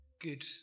good